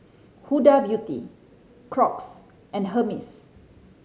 Huda Beauty Crocs and Hermes